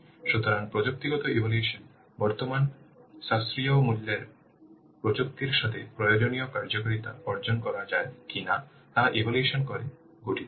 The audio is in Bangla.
সুতরাং প্রযুক্তিগত ইভ্যালুয়েশন বর্তমান সাশ্রয়ী মূল্যের প্রযুক্তির সাথে প্রয়োজনীয় কার্যকারিতা অর্জন করা যায় কিনা তা ইভ্যালুয়েশন করে গঠিত